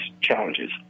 challenges